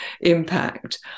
impact